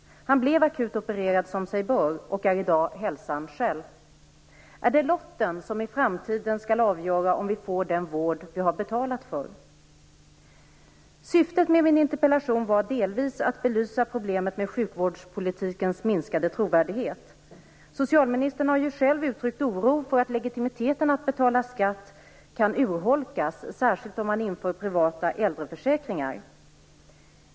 Han blev akut opererad som sig bör, och är i dag hälsan själv. Är det lotten som i framtiden skall avgöra om vi får den vård vi har betalat för? Syftet med min interpellation var delvis att belysa problemet med sjukvårdspolitikens minskade trovärdighet. Socialministern har själv uttryckt oro för att legitimiteten i att betala skatt kan urholkas, särskilt om man inför privata äldreförsäkringar.